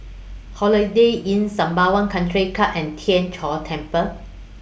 Holiday Inn Sembawang Country Club and Tien Chor Temple